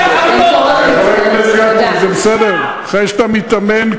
בסדר, שמעתי.